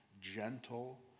gentle